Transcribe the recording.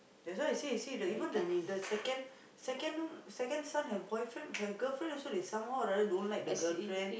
that's why you see you see the even the the second second second have boyfriend have girlfriend they also somehow right don't like the girlfriend